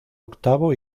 octavo